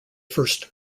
first